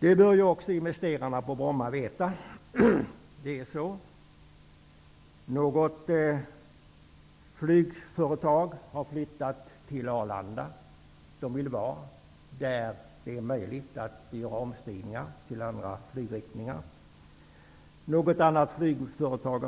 Nu vill också investerarna på Bromma få besked. Något flygföretag har flyttat till Arlanda, eftersom de vill vara där det är möjligt att göra omstigningar för andra flygriktningar. Ett annat flygföretag,